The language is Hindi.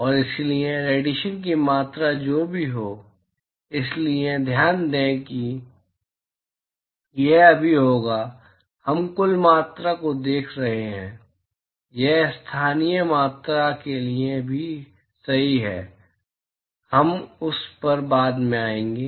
और इसलिए रेडिएशन की मात्रा जो भी हो इसलिए ध्यान दें कि यह अभी होगा हम कुल मात्रा को देख रहे हैं यह स्थानीय मात्रा के लिए भी सही है हम उस पर बाद में आएंगे